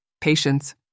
patience